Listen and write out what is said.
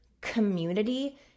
community